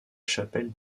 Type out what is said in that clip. chapelle